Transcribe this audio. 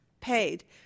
paid